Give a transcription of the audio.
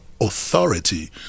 authority